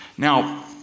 Now